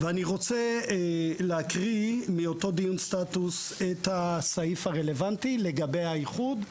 ואני רוצה לקרוא מאותו דיון סטטוס את הסעיף הרלוונטי לגבי האיחוד.